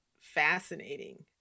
fascinating